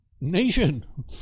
nation